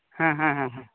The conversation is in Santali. ᱦᱮᱸ ᱦᱮᱸ